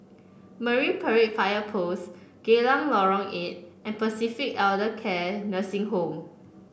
Marine Parade Fire Post Geylang Lorong Eight and Pacific Elder Care Nursing Home